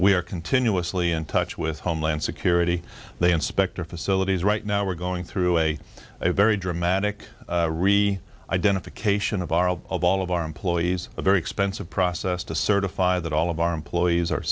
are continuously in touch with homeland security the inspector facilities right now we're going through a very dramatic really identification of our of all of our employees a very expensive process to certify that all of our employees are